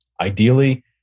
ideally